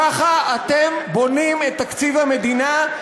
ככה אתם בונים את תקציב המדינה?